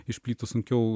iš plytų sunkiau